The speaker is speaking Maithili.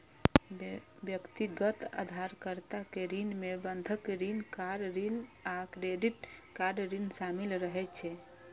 व्यक्तिगत उधारकर्ता के ऋण मे बंधक ऋण, कार ऋण आ क्रेडिट कार्ड ऋण शामिल रहै छै